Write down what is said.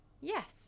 Yes